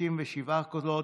67 קולות.